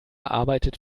arbeitet